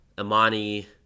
Imani